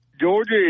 Georgia